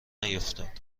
نیفتاد